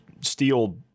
steel